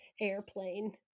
airplane